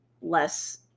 less